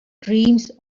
dreams